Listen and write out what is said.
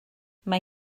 mae